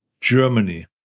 Germany